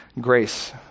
grace